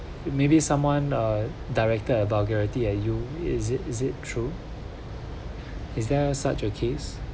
maybe someone uh directed a vulgarity at you is it is it true is there such a case